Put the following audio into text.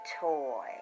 toy